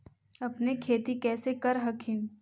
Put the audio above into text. अपने खेती कैसे कर हखिन?